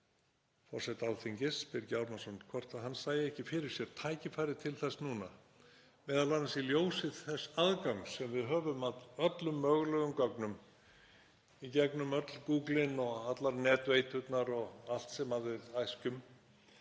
forseta Alþingis, Birgi Ármannsson, hvort hann sæi ekki fyrir sér tækifæri til þess núna, m.a. í ljósi þess aðgangs sem við höfum að öllum mögulegum gögnum í gegnum öll gúglin og allar netveiturnar og allt sem við æskjum,